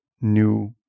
new